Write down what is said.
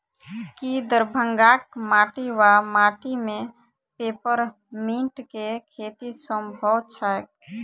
की दरभंगाक माटि वा माटि मे पेपर मिंट केँ खेती सम्भव छैक?